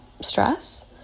stress